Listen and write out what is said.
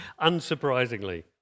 unsurprisingly